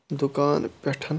دُکان پٮ۪ٹھ